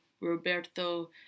Roberto